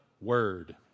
Word